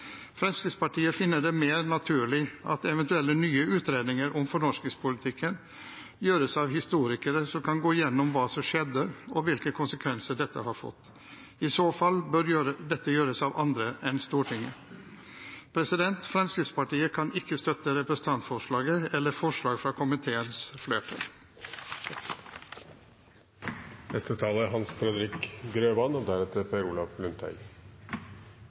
Fremskrittspartiet finner det mer naturlig at eventuelle nye utredninger om fornorskingspolitikken gjøres av historikere som kan gå gjennom hva som skjedde, og hvilke konsekvenser dette har fått. I så fall bør dette gjøres av andre enn Stortinget. Fremskrittspartiet kan ikke støtte representantforslaget eller forslaget fra komiteens flertall. Det foreligger mye forskningsbasert kunnskap om samisk og